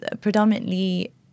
predominantly